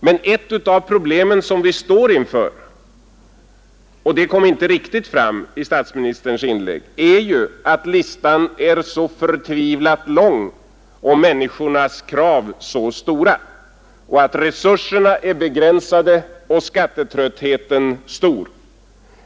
Men ett av problemen som vi står inför — och det kom inte riktigt fram i statsministerns inlägg — är ju att listan är så förtvivlat lång och människornas krav så stora, att resurserna är begränsade och skattetröttheten stor.